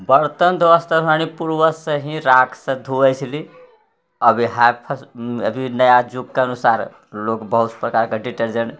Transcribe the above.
बर्तन धोअय वास्ते हमर पूर्वजसँ ही राखसँ धुअइ छलय अभी हाइ फाइ अभी नया युगके अनुसार लोग बहुत प्रकारके डिटर्जेन्ट